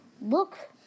look